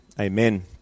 Amen